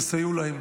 תסייעו להם,